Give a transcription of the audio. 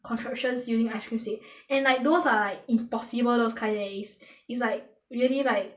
constructions using ice cream stick and like those are like impossible those kind leh it's it's like really like